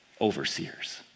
overseers